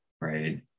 right